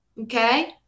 Okay